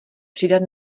přidat